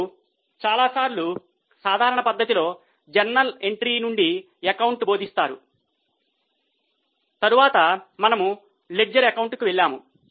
ఇప్పుడు చాలాసార్లు సాధారణ పద్ధతిలో జర్నల్ ఎంట్రీ నుండి ఎకౌంటు బోధిస్తారు తర్వాత మనము లెడ్జర్ అకౌంట్ వెళ్తాము